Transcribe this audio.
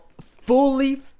fully